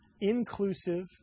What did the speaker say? inclusive